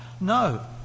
No